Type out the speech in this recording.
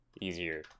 easier